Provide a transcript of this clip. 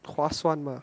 划算吗